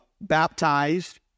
baptized